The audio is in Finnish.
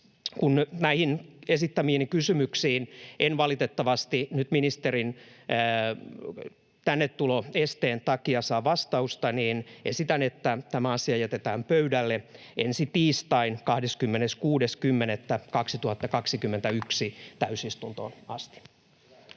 Kun näihin esittämiini kysymyksiin en valitettavasti nyt ministerin tänne tulon esteen takia saa vastausta, niin esitän, että tämä asia jätetään pöydälle ensi tiistain 26.10.2021 täysistuntoon asti.